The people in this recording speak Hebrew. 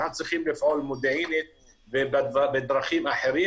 אנחנו צריכים לפעול מודיעינית בדרכים אחרות,